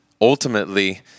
ultimately